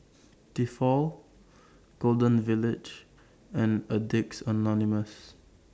Tefal Golden Village and Addicts Anonymous